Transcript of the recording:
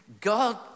God